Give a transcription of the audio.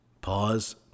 pause